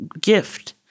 gift